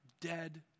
dead